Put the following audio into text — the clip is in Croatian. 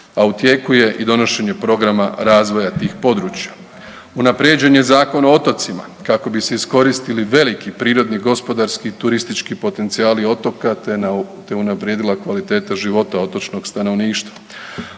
a u tijeku je i donošenje programa razvoja tih područja. Unaprijeđen je Zakon o otocima kako bi se iskoristili veliki, prirodni, gospodarski i turistički potencijali otoka, te unaprijedila kvaliteta života otočnog stanovništva.